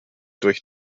durch